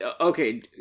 okay